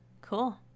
Cool